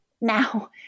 Now